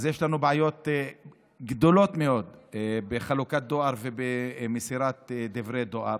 אז יש לנו בעיות גדולות מאוד בחלוקת דואר ובמסירת דברי דואר,